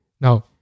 Now